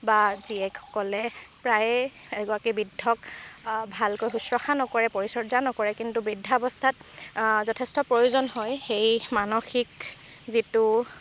বা জীয়েকসকলে প্ৰায়েই এগৰাকী বৃদ্ধক ভালকৈ শুশ্ৰূষা নকৰে পৰিচৰ্যা নকৰে কিন্তু বৃদ্ধা অৱস্থাত যথেষ্ট প্ৰয়োজন হয় সেই মানসিক যিটো